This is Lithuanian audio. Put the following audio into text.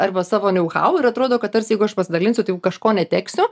arba savo neuhau ir atrodo kad tarsi jeigu aš pasidalinsiu tai jau kažko neteksiu